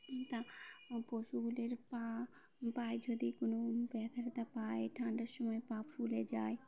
তা পশুগুলির পা পায়ে যদি কোনো ব্যথা ট্যাথা পায় ঠান্ডার সময় পা ফুলে যায়